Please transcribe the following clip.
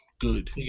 good